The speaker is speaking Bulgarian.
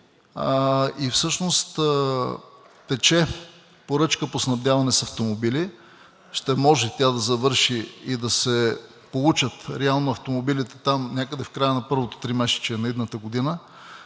Всъщност тече поръчка по снабдяване с автомобили. Ще може тя да завърши и да се получат реално автомобилите там някъде – в края на първото тримесечие на идната година.